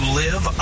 live